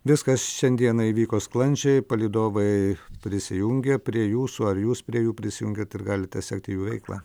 viskas šiandieną įvyko sklandžiai palydovai prisijungė prie jūsų ar jūs prie jų prisijungėt ir galite sekti jų veiklą